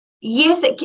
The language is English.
yes